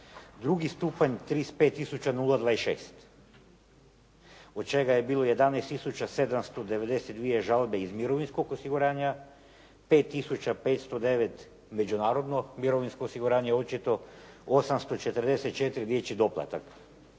drugi stupanj 35 tisuća nula 26 od čega je bilo 11 tisuća 792 žalbe iz mirovinskog osiguranja, 5 tisuća 509 međunarodno mirovinsko osiguranje očito, 844 dječji doplatak.